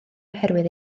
oherwydd